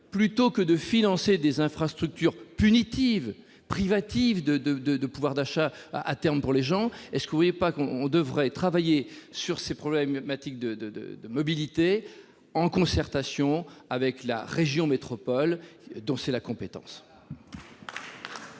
Plutôt que de financer des infrastructures punitives et privatives en termes de pouvoir d'achat, ne pensez-vous pas que l'on devrait travailler sur ces problématiques de mobilité en concertation avec la région métropole dont c'est la compétence ?